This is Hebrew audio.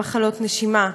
למחלות נשימה,